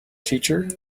teacher